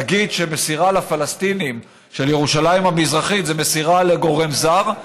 להגיד שמסירה לפלסטינים של ירושלים המזרחית זה מסירה לגורם זר?